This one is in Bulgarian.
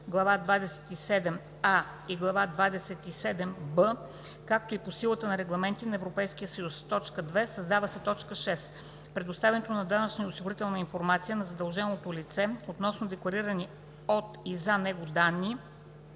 Глава двадесет и седма „б“, както и по силата на регламенти на Европейския съюз;“. 2. Създава се т. 6: „6. предоставянето на данъчна и осигурителна информация на задълженото лице, относно декларирани от и за него данни